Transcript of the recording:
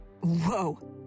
Whoa